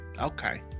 Okay